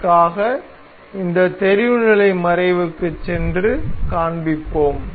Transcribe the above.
அதற்காக இந்த தெரிவுநிலை மறைவுக்குச் சென்று காண்பிப்போம்